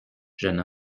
jeune